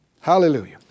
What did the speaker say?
Hallelujah